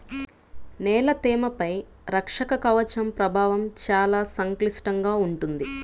నేల తేమపై రక్షక కవచం ప్రభావం చాలా సంక్లిష్టంగా ఉంటుంది